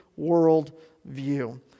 worldview